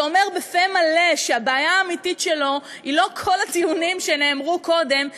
שאומר בפה מלא שהבעיה האמיתית שלו היא לא כל הטיעונים שנאמרו קודם,